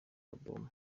album